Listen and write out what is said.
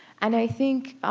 and i think,